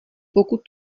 pokud